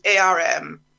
ARM